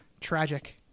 tragic